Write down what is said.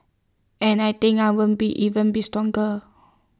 and I think I won't be even be stronger